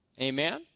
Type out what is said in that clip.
Amen